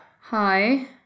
Hi